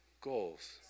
goals